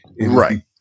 Right